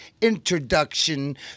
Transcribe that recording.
Introduction